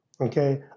okay